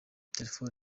telefoni